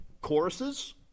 choruses